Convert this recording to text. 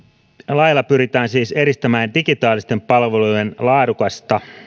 laeilla pyritään siis edistämään digitaalisten palvelujen laadukasta